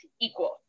equal